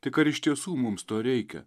tik ar iš tiesų mums to reikia